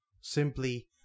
simply